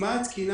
מה התקינה